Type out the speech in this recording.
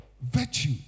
virtue